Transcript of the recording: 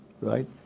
Right